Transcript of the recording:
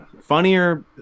Funnier